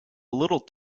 little